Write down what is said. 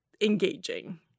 engaging